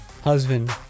husband